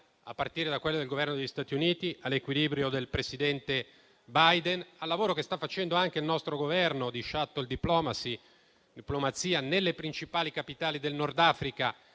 a partire da quello del Governo degli Stati Uniti, con l'equilibrio del presidente Biden, e dal lavoro che sta facendo anche il nostro Governo di *shuttle diplomacy* nelle principali capitali del Nord Africa